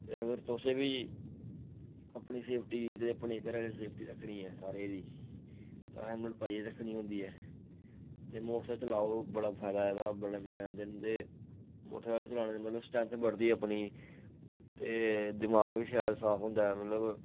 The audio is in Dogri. ते अगर तुसें बी अपनी सेफ्टी गी ते अपने घर आह्लें दी सेफ्टी रक्खनी ऐ सारें दी तां हेलमेट पाइयै रक्खनी होंदी ऐ ते मोटरसैकल चलाओ बड़ा फायदा एह्दा बड़े मजा दिंदे न ते मोटरसैकल चलाने दी मतलब स्ट्रैंथ बढ़दी ऐ अपनी ते दमाग बी शैल साफ होंदा ऐ मतलब